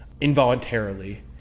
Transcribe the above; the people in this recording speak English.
involuntarily